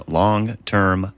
long-term